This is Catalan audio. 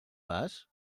fas